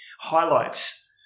highlights